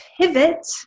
pivot